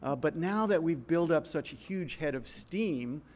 ah but now that we've built up such a huge head of steam,